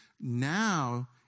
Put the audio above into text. now